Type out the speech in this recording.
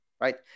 right